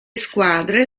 squadre